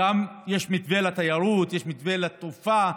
יש מתווה לתיירות, יש מתווה לתעופה.